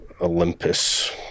Olympus